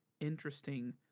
interesting